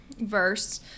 verse